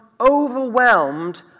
overwhelmed